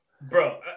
Bro